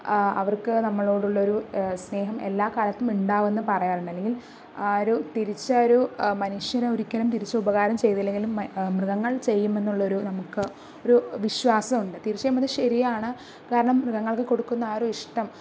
അവർക്ക് നമ്മളോടുള്ളൊരു സ്നേഹം എല്ലാക്കാലത്തും ഉണ്ടാവുമെന്ന് പറയാറുണ്ട് അല്ലെങ്കിൽ ആ ഒരു തിരിച്ചു ആ ഒരു മനുഷ്യരെ ഒരിക്കലും തിരിച്ചു ഉപകാരം ചെയ്തില്ലെങ്കിലും മൃഗങ്ങൾ ചെയ്യുമെന്നുള്ളൊരു നമുക്ക് ഒരു വിശ്വാസമുണ്ട് തീർച്ചയായും അത് ശരിയാണ് കാരണം മൃഗങ്ങൾക്ക് കൊടുക്കുന്ന ആ ഒരു ഇഷ്ടം